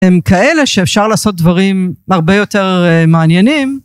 הם כאלה שאפשר לעשות דברים הרבה יותר מעניינים.